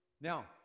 Now